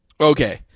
Okay